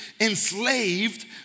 enslaved